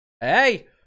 Hey